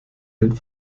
den